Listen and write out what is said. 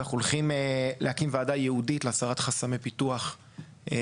ואנחנו הולכים להקים ועדה ייעודית להסרת חסמי פיתוח .